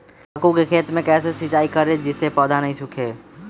तम्बाकू के खेत मे कैसे सिंचाई करें जिस से पौधा नहीं सूखे?